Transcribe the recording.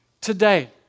today